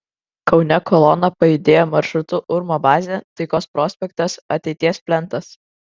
kaune kolona pajudėjo maršrutu urmo bazė taikos prospektas ateities plentas